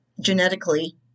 genetically